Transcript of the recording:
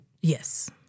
Yes